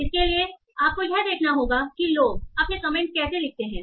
तो इसके लिए आपको यह देखना होगा कि लोग अपने कमेंट में कैसे लिखते हैं